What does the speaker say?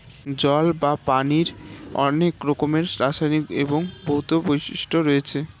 জল বা পানির অনেক রকমের রাসায়নিক এবং ভৌত বৈশিষ্ট্য আছে